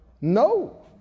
No